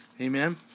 Amen